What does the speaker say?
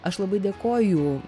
aš labai dėkoju